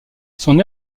son